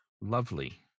lovely